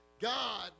God